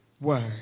word